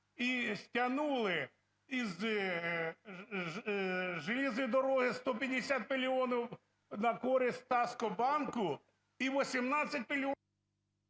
і стягнули із залізної дороги 150 мільйонів на користь "Таскомбанку", і 18 мільйонів…